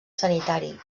sanitari